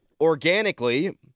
organically